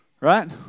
right